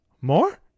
more